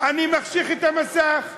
אני מחשיך את המסך.